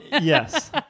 Yes